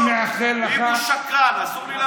אם הוא שקרן, אסור לי להגיד לו?